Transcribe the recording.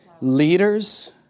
leaders